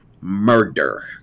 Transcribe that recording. murder